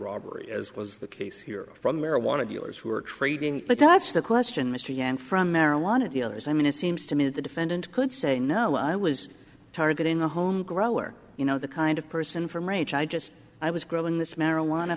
robbery as was the case here from marijuana dealers who were trading but that's the question mr yan from marijuana dealers i mean it seems to me the defendant could say no i was targeting the home you know the kind of person from rage i just i was growing this marijuana